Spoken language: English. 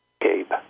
Gabe